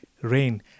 rain